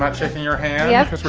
ah checking your hair. yeah.